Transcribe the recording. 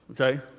Okay